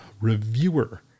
reviewer